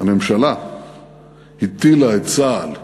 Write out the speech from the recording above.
הממשלה הטילה את צה"ל,